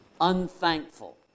unthankful